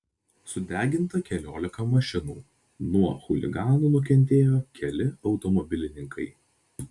sudeginta keliolika mašinų nuo chuliganų nukentėjo keli automobilininkai